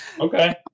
Okay